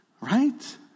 Right